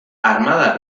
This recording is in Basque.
armada